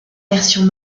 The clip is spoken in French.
versions